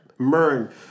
Mern